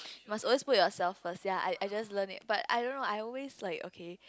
must always put yourself first ya I just learn it but I don't know I always like okay